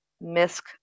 misc